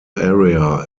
area